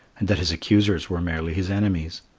and that his accusers were merely his enemies.